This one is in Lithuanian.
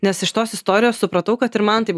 nes iš tos istorijos supratau kad ir man taip